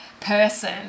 person